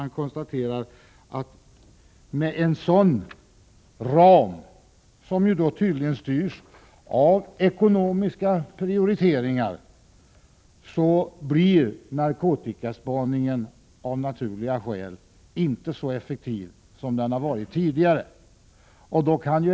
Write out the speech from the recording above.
Han konstaterar att narkotikaspaningen med en ram som tydligen styrs av ekonomiska prioriteringar av naturliga skäl inte blir så effektiv som den varit tidigare.